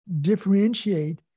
differentiate